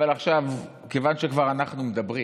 אבל עכשיו, כיוון שכבר אנחנו מדברים,